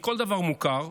מכל דבר מוכר.